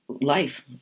life